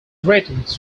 ratings